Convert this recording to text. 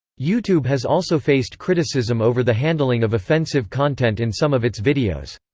youtube has also faced criticism over the handling of offensive content in some of its videos.